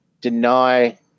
deny